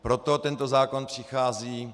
Proto tento zákon přichází.